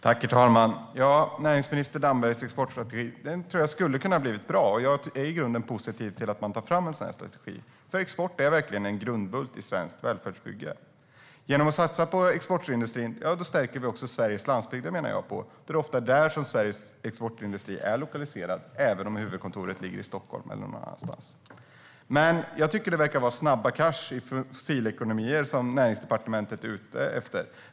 Herr talman! Näringsminister Dambergs exportstrategi skulle ha kunnat bli bra. Jag är i grunden positiv till att man tar fram en sådan strategi. Export är verkligen en grundbult i svenskt välfärdsbygge. Genom att satsa på exportindustrin stärker vi också Sveriges landsbygder. Det är ofta där som Sveriges exportindustri är lokaliserad även om huvudkontoret ligger i Stockholm eller någon annanstans. Det verkar vara snabba cash i fossilekonomier som Näringsdepartementet är ute efter.